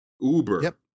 Uber